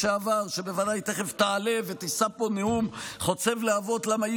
שבוודאי תכף תעלה ותישא פה נאום חוצב להבות: למה לא